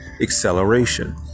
acceleration